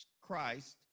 Christ